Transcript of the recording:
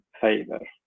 favor